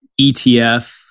ETF